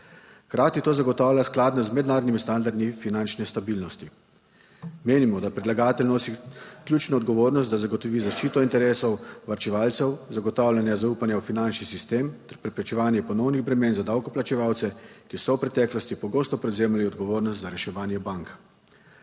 Hkrati to zagotavlja skladno z mednarodnimi standardi finančne stabilnosti. Menimo, da predlagatelj nosi ključno odgovornost, da zagotovi zaščito interesov varčevalcev, zagotavljanja zaupanja v finančni sistem ter preprečevanje ponovnih bremen za davkoplačevalce, ki so v preteklosti pogosto prevzemali odgovornost za reševanje bank.